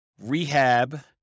rehab